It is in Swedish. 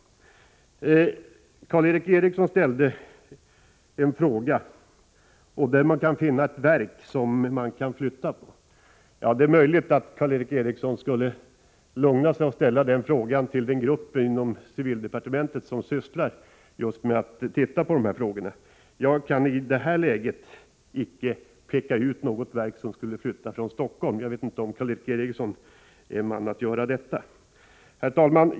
Karl Erik Eriksson frågade var man kan finna ett verk som man kan flytta på. Karl Erik Eriksson kanske skulle ställa den frågan till den grupp inom civildepartementet som sysslar med dessa frågor i stället. Jag kan i detta läge inte peka ut något verk som skulle kunna flytta från Stockholm. Jag vet inte om Karl Erik Eriksson är man att göra det. Herr talman!